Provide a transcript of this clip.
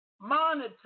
monitor